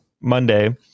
Monday